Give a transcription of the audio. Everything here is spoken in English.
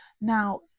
Now